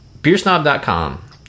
Beersnob.com